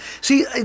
See